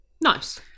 nice